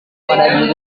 pada